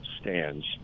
stands